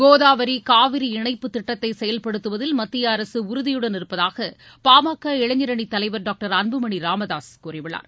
கோதாவரி காவிரி இணைப்புத் திட்டத்தை செயல்படுத்துவதில் மத்திய அரசு உறுதியுடன் இருப்பதாக பாமக இளைஞர் அணித் தலைவர் டாக்டர் அன்புமணி ராமதாஸ் கூறியுள்ளார்